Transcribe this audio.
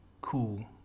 cool